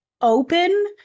open